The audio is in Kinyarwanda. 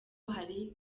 hari